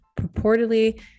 purportedly